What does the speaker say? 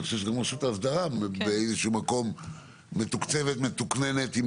אני חושב שגם רשות האסדרה באיזשהו מקום מתוקצבת ומתוקננת.